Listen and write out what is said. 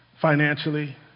financially